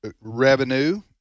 revenue